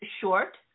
short